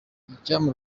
icyampa